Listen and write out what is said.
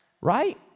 Right